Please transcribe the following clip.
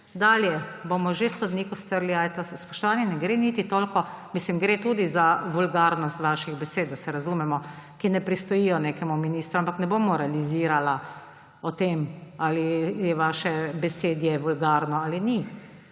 Dalje: »Bomo že sodniku strli jajca …« Spoštovani, ne gre niti toliko … Mislim, gre tudi za vulgarnost vaših besed, da se razumemo, ki ne pristojijo nekemu ministru, ampak ne bom moralizirala o tem, ali je vaše besedje vulgarno ali ni.